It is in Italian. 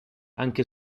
anche